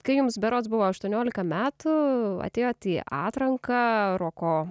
kai jums berods buvo aštuoniolika metų atėjot į atranką roko